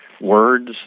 words